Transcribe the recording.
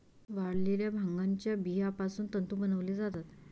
वाळलेल्या भांगाच्या बियापासून तंतू बनवले जातात